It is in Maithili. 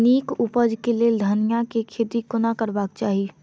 नीक उपज केँ लेल धनिया केँ खेती कोना करबाक चाहि?